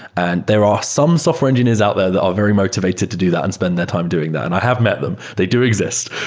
and there are some software engineers out there that are very motivated to do that and spend their time doing that, and i have met them, they do exist.